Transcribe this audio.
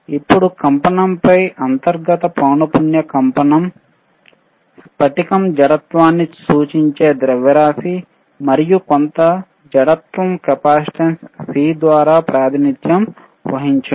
ఇప్పుడు కంపనం పై అంతర్గత పౌనపున్య కంపనం స్ఫటికo జడత్వాన్ని సూచించే ద్రవ్యరాశి మరియు కొంత దృఢత్వం కెపాసిటెన్స్ C ద్వారా ప్రాతినిధ్యం వహించేను